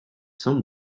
some